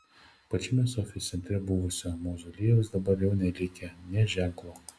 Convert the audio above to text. pačiame sofijos centre buvusio mauzoliejaus dabar jau nelikę nė ženklo